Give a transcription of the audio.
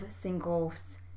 singles